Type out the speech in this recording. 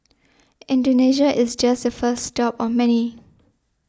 Indonesia is just the first stop of many